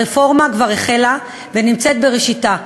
הרפורמה כבר החלה ונמצאת בראשיתה,